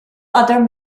other